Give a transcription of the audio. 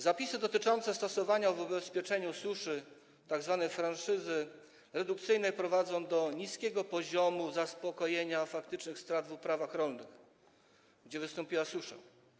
Zapisy dotyczące stosowania w ubezpieczeniu od suszy tzw. franszyzy redukcyjnej prowadzą do niskiego poziomu zaspokojenia faktycznych strat w uprawach rolnych, gdzie wystąpiła susza.